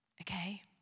okay